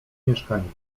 mieszkaniu